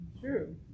True